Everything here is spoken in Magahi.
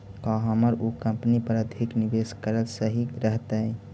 का हमर उ कंपनी पर अधिक निवेश करल सही रहतई?